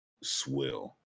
swill